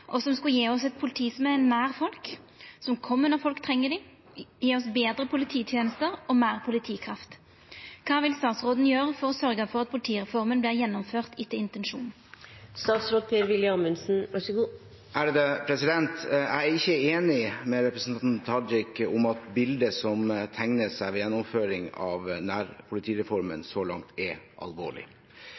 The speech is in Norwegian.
og som skulle gje oss eit politi som er nær folk, som kjem når folk treng dei, betre polititenester og meir politikraft. Kva vil statsråden gjere for å sørge for at politireformen vert gjennomført etter intensjonen?» Jeg er ikke enig med representanten Tajik i at bildet som tegner seg ved gjennomføring av nærpolitireformen så langt er